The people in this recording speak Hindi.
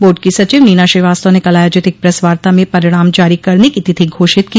बोर्ड की सचिव नीना श्रीवास्तव ने कल आयोजित एक प्रेसवार्ता में परिणाम जारी करने की तिथि घोषित की